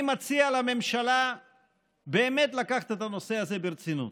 אני מציע לממשלה באמת לקחת את הנושא הזה ברצינות